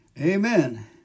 Amen